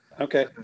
Okay